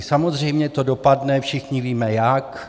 Samozřejmě to dopadne, všichni víme jak.